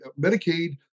Medicaid